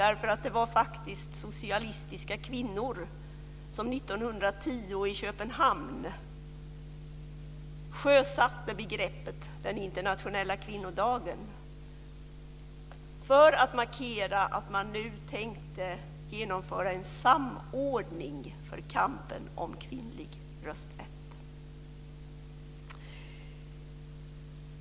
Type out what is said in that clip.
Det var socialistiska kvinnor som 1910 i Köpenhamn sjösatte begreppet internationella kvinnodagen för att markera att man nu tänkte genomföra en samordning av kampen för kvinnlig rösträtt.